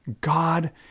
God